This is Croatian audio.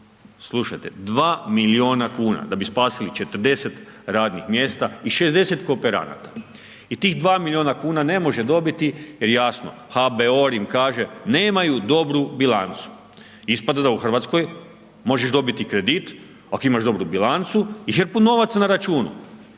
slušate, 2 milijuna kuna da bi spasili 40 radnih mjesta i 60 kooperanata. I tih 2 milijuna kuna ne može dobiti jer jasno, HBOR im kaže nemaju dobru bilancu. Ispada da u Hrvatskoj možeš dobiti kredit ako imaš dobru bilancu i hrpu novaca na računu.